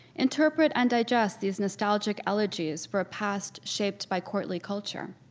interpret and digest these nostalgic elegies for a past shaped by courtly culture?